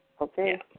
Okay